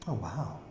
ah wow!